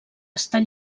estar